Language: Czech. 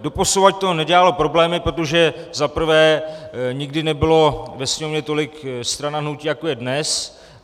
Doposud to nedělalo problémy, protože za prvé nikdy nebylo ve Sněmovně tolik stran a hnutí, jako je dnes.